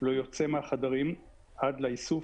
לא יוצא מהחדרים עד לאיסוף,